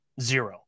Zero